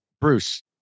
Bruce